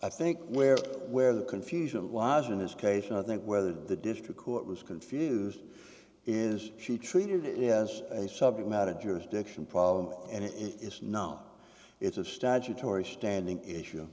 i think where where the confusion was in his case i think whether the district court was confused is she treated it as a subject matter jurisdiction problem and it's not it's a statutory standing issue